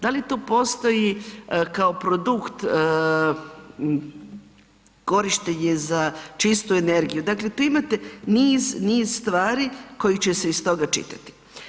Da li tu postoji kao produkt korištenje za čistu energiju, dakle tu imate niz, niz stvari koje će se iz toga čitati.